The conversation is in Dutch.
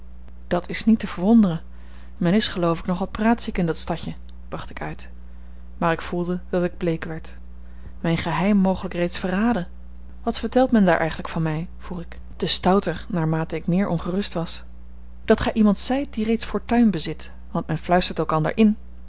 dat is niet te verwonderen men is geloof ik nogal praatziek in dat stadje bracht ik uit maar ik voelde dat ik bleek werd mijn geheim mogelijk reeds verraden wat vertelt men daar eigenlijk van mij vroeg ik te stouter naarmate ik meer ongerust was dat gij iemand zijt die reeds fortuin bezit want men fluistert elkander in